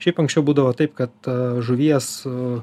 šiaip anksčiau būdavo taip kad žuvies